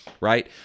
right